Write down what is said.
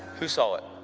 who saw it?